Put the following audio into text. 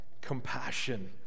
compassion